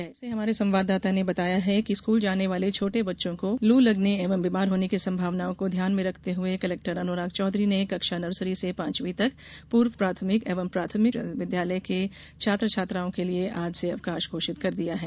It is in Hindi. ग्वालियर से हमारे संवाददाता ने बताया है कि स्कूल जाने वाले छोटे बच्चों को लू लगने एवं बीमार होने की संभावनाओं को ध्यान में रखते हुए कलेक्टर अनुराग चौधरी ने कक्षा नर्सरी से पाँचवी तक पूर्व प्राथमिक एवं प्राथमिक विद्यालय के छात्र छात्राओं के लिए आज से अवकाश घोषित कर दिया है